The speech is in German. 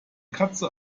katze